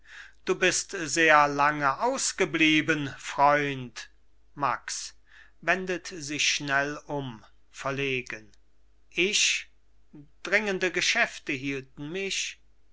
du bist sehr lange ausgeblieben freund max wendet sich schnell um verlegen ich dringende geschäfte hielten mich